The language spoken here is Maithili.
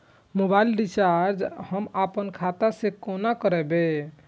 मोबाइल रिचार्ज हम आपन खाता से कोना करबै?